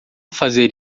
fazer